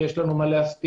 כי יש לנו מה להסתיר,